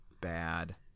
bad